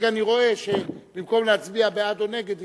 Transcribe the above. הרגע אני רואה שבמקום להצביע בעד או נגד